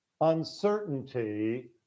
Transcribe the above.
uncertainty